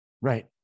Right